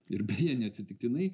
ir beje neatsitiktinai